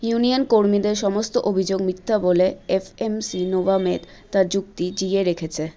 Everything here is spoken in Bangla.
ইউনিয়ন কর্মীদের সমস্ত অভিযোগ মিথ্যা বলে এফএমসি নোভামেড তার যুক্তি জিইয়ে রেখেছে